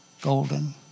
golden